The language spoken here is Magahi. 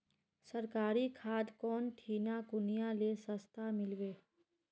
सरकारी खाद कौन ठिना कुनियाँ ले सस्ता मीलवे?